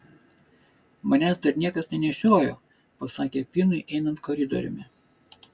manęs dar niekas nenešiojo pasakė finui einant koridoriumi